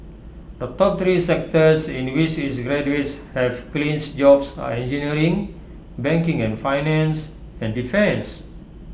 the top three sectors in which its graduates have clinched jobs are engineering banking and finance and defence